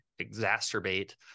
exacerbate